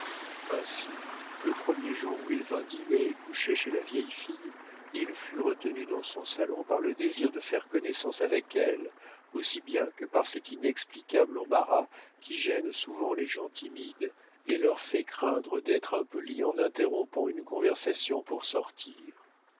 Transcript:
ainsi le premier jour où il vint dîner et coucher chez la vieille fille il fut retenu dans son salon par le désir de faire connaissance avec elle aussi bien que par cet inexplicable embarras qui gêne souvent les gens timides et leur fait craindre d'être impolis en interrompant une conversation pour sortir